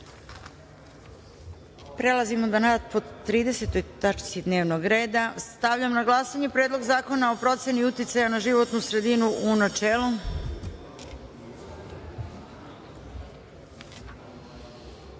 celini. Prelazimo na rad po 30. tački dnevnog reda. Stavljam na glasanje Predlog zakona o proceni uticaja na životnu sredinu, u